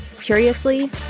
Curiously